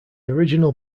original